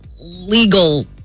legal